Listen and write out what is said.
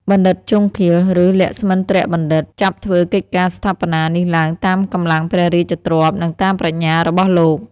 បណ្ឌិតជង្ឃាល ឬលក្ស្មិន្ទ្របណ្ឌិត ចាប់ធ្វើកិច្ចការស្ថាបនានេះឡើងតាមកម្លាំងព្រះរាជទ្រព្យ និងតាមប្រាជ្ញារបស់លោក